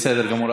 בסדר גמור.